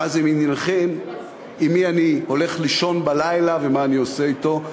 מה זה עניינכם עם מי אני הולך לישון בלילה ומה אני עושה אתו?